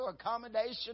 accommodation